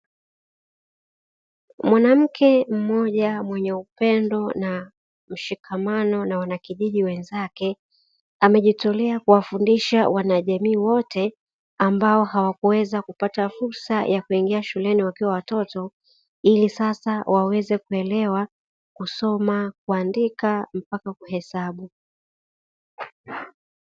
Mwanamke mmoja mwenye upendo na mshikamano na wanakijiji wenzake amejitolea kuwafundisha wanajamii wote ambao hawakuweza kupata fursa ya kuingia shuleni wakiwa watoto ili sasa waweze kuelewa, kusoma, kuandika mpaka kuhesabu.